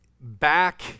back